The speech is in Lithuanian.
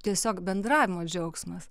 tiesiog bendravimo džiaugsmas